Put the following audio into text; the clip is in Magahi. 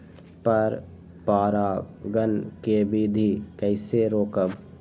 पर परागण केबिधी कईसे रोकब?